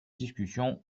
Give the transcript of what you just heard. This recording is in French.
discussion